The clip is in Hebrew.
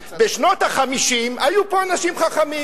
בשנות ה-50 היו פה אנשים חכמים